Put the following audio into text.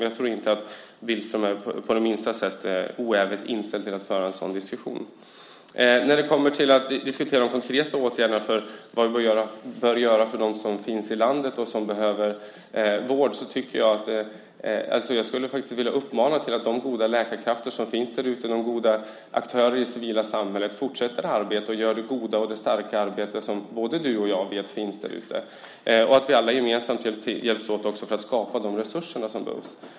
Jag tror inte att Billström på minsta sätt är avogt inställd till att föra en sådan diskussion. När det kommer till att diskutera de konkreta åtgärderna för vad vi behöver göra för dem som finns i landet och behöver vård skulle jag vilja uppmana de goda läkarkrafter som finns där ute och de goda aktörerna i det civila samhället att fortsätta att arbeta och göra det goda och starka arbete som både du och jag vet finns. Vi bör alla också hjälpas åt för att skapa de resurser som behövs.